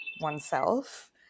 oneself